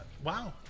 Wow